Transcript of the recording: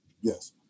Yes